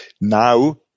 now